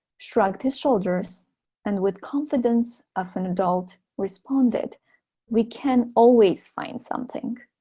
shrugged his shoulders and with confidence of an adult, responded we can always find something.